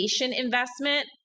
investment